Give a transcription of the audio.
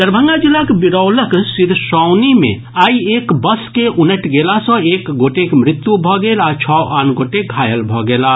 दरभंगा जिलाक बिरौलक सिसौनी मे आइ एक बस के उनटि गेला सँ एक गोटेक मृत्यु भऽ गेल आ छओ आन गोटे घायल भऽ गेलाह